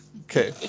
Okay